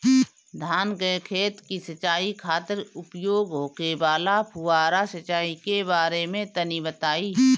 धान के खेत की सिंचाई खातिर उपयोग होखे वाला फुहारा सिंचाई के बारे में तनि बताई?